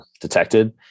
detected